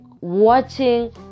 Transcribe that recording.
watching